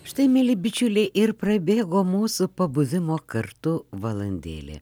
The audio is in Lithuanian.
štai mieli bičiuliai ir prabėgo mūsų pabuvimo kartu valandėlė